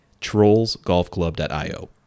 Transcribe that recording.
Trollsgolfclub.io